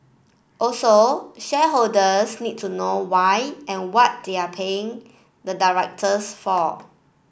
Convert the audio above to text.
also shareholders need to know why and what they are paying the directors for